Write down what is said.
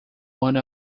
one